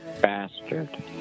bastard